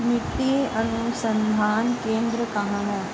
मिट्टी अनुसंधान केंद्र कहाँ है?